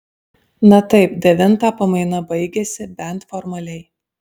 na taip devintą pamaina baigiasi bent formaliai